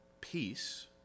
peace